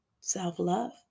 self-love